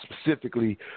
specifically